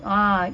ah